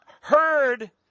heard